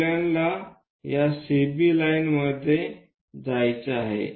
आपल्याला या CB line मध्ये जायचे आहे